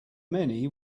many